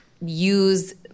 use